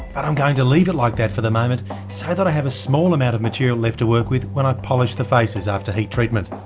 i'm going to leave it like that for the moment, so that i have a small amount of material left to work with, when i polish the faces after heat treatment.